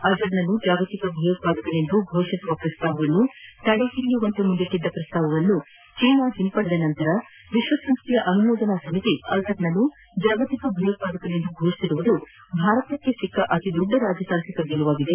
ಅಜರ್ನನ್ನು ಜಾಗತಿಕ ಭಯೋತ್ವಾದಕನೆಂದು ಘೋಷಿಸುವ ಪ್ರಸ್ತಾವವನ್ನು ತಡೆಹಿದಿಯುವಂತೆ ಮುಂದಿಟ್ಟಿದ್ದ ಪ್ರಸ್ತಾವವನ್ನು ಚೀನಾ ಹಿಂಪಡೆದ ನಂತರ ವಿಶ್ವಸಂಸ್ದೆಯ ಅನುಮೋದನಾ ಸಮಿತಿ ಅಜರ್ನನ್ನು ಜಾಗತಿಕ ಭಯೋತ್ಪಾದಕನೆಂದು ಘೋಷಿಸಿರುವುದು ಭಾರತಕ್ಕೆ ಸಿಕ್ಕ ಅತಿದೊಡ್ಡ ರಾಜತಾಂತ್ರಿಕ ಗೆಲುವಾಗಿದೆ